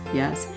yes